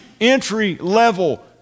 entry-level